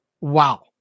wow